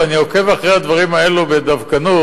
ואני עוקב אחרי הדברים האלה בדווקנות,